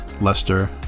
Leicester